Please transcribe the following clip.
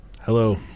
Hello